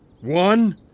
One